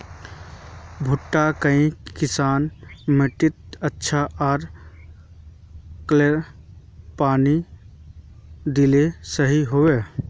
भुट्टा काई किसम माटित अच्छा, आर कतेला पानी दिले सही होवा?